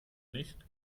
nicht